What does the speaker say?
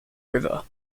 river